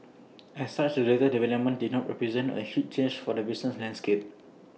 as such the latest development did not represent A huge change for the business landscape